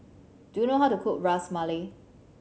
do you know how to cook Ras Malai